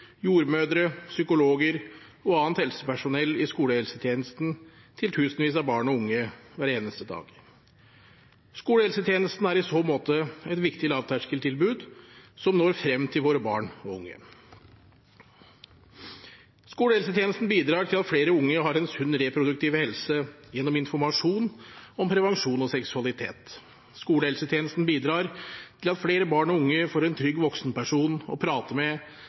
jordmødre, psykologer og annet helsepersonell i skolehelsetjenesten til tusenvis av barn og unge hver eneste dag. Skolehelsetjenesten er i så måte et viktig lavterskeltilbud som når frem til våre barn og unge. Skolehelsetjenesten bidrar til at flere unge har en sunn reproduktiv helse gjennom informasjon om prevensjon og seksualitet. Skolehelsetjenesten bidrar til at flere barn og unge får en trygg voksenperson å prate med